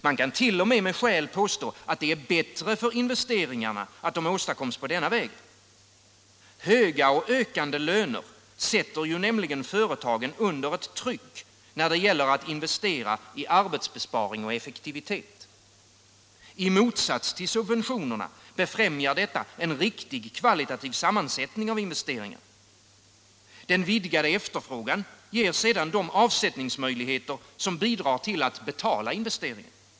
Man kan t.o.m. med skäl påstå att det är bättre för investeringarna att de åstadkoms på denna väg. Höga och ökande löner sätter ju nämligen företagen under ett tryck när det gäller att investera i arbetsbesparing och effektivitet. I motsats till subventionerna befrämjar detta en riktig kvalitativ sammansättning av investeringarna. Den vidgade efterfrågan ger sedan de avsättningsmöjligheter som bidrar till att betala investeringarna.